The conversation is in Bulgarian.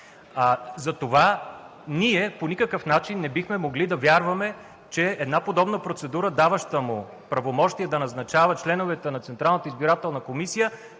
Затова ние по никакъв начин не бихме могли да вярваме, че една подобна процедура, даваща му правомощия да назначава членовете на